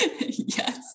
Yes